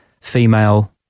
female